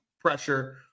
pressure